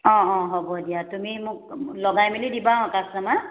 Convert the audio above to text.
অঁ অঁ হ'ব দিয়া তুমি মোক লগাই মেলি দিবা অঁ কাষ্টমাৰ